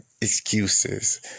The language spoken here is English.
Excuses